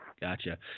Gotcha